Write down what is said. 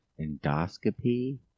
Endoscopy